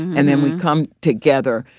and then we come together,